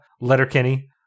Letterkenny